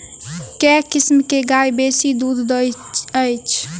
केँ किसिम केँ गाय बेसी दुध दइ अछि?